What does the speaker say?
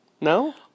No